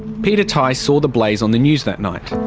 peter tighe saw the blaze on the news that night.